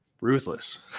Ruthless